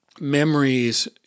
memories